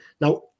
now